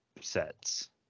sets